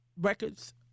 records